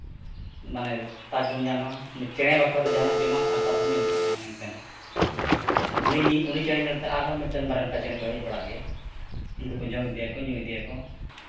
ᱢᱟᱱᱮ ᱛᱟᱠ ᱵᱚᱱ ᱧᱟᱢᱟ ᱩᱱᱤ ᱪᱮᱬᱮ ᱵᱟᱠᱷᱨᱟ ᱫᱚ ᱡᱟᱦᱟᱱᱟᱜ ᱡᱚᱢᱟᱜ ᱟᱨ ᱫᱟᱜ ᱫᱚᱵᱚᱱ ᱮᱢ ᱠᱟᱜ ᱢᱟ ᱢᱮᱱᱛᱮ ᱦᱟᱸᱜ ᱟᱫᱚ ᱩᱱᱤ ᱪᱮᱬᱮ ᱧᱮᱞᱛᱮ ᱟᱨ ᱦᱚᱸ ᱢᱤᱫᱴᱟᱝ ᱵᱟᱨᱭᱟ ᱚᱱᱠᱟ ᱪᱮᱬᱮ ᱠᱚ ᱦᱮᱡ ᱵᱟᱲᱟᱜ ᱜᱮᱭᱟ ᱩᱱᱠᱩ ᱠᱚ ᱡᱚᱢ ᱤᱫᱤᱭᱟᱠᱚ ᱧᱩ ᱤᱫᱤᱭᱟᱠᱚ